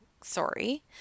sorry